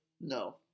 No